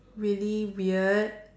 really weird